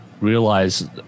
realize